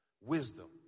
wisdom